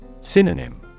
Synonym